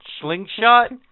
slingshot